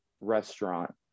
restaurant